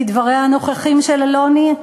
כדבריה הנכוחים של אלוני,